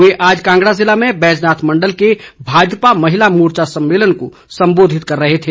वे आज कांगड़ा जिले में बैजनाथ मण्डल के भाजपा महिला मोर्चा सम्मेलन को सम्बोधित कर रहे थे